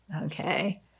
okay